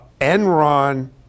Enron